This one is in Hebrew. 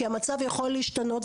כי המצב יכול להשתנות.